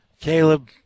Caleb